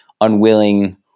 unwilling